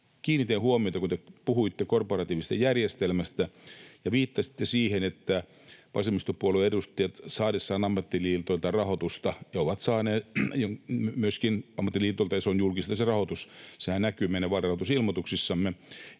Kiinnitin huomiota, kun te puhuitte korporatiivisesta järjestelmästä ja viittasitte siihen, että me vasemmistopuolueiden edustajat saadessamme ammattiliitoilta rahoitusta — edustajat ovat saaneet myöskin ammattiliitoilta, ja se rahoitus on julkista, sehän näkyy meidän vaalirahoitusilmoituksissamme